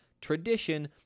tradition